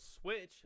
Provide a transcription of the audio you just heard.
Switch